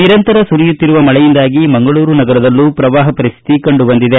ನಿರಂತರ ಸುರಿಯುತ್ತಿರುವ ಮಳೆಯಿಂದಾಗಿ ಮಂಗಳೂರು ನಗರದಲ್ಲೂ ಪ್ರವಾಪ ಪರಿಸ್ಥತಿ ಕಂಡುಬಂದಿದೆ